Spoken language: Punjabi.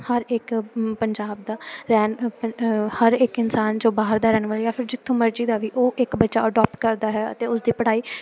ਹਰ ਇੱਕ ਪੰਜਾਬ ਦਾ ਰਹਿਣ ਹਰ ਇੱਕ ਇਨਸਾਨ ਜੋ ਬਾਹਰ ਦਾ ਰਹਿਣ ਵਾਲਾ ਜਾਂ ਫਿਰ ਜਿੱਥੋਂ ਮਰਜ਼ੀ ਦਾ ਵੀ ਉਹ ਇੱਕ ਬੱਚਾ ਅਡੋਪਟ ਕਰਦਾ ਹੈ ਅਤੇ ਉਸ ਦੀ ਪੜ੍ਹਾਈ